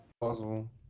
Possible